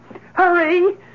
Hurry